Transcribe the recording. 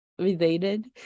related